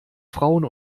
frauen